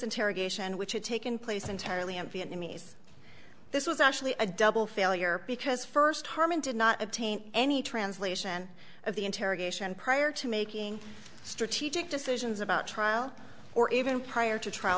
interrogation which had taken place entirely in vietnamese this was actually a double failure because first harmon did not obtain any translation of the interrogation prior to making strategic decisions about trial or even prior to trial